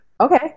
okay